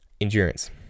endurance